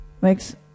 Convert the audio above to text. makes